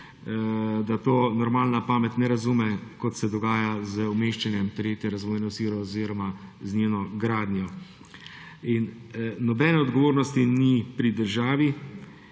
da tega normalna pamet ne razume, kot se dogaja z umeščanjem 3. razvojne osi oziroma z njeno gradnjo. Nobene odgovornosti ni pri državi,